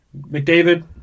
McDavid